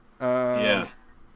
Yes